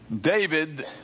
David